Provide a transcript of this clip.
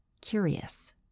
curious